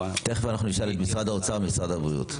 לא --- תכף אנחנו נשאל את משרד האוצר ומשרד הבריאות.